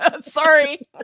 Sorry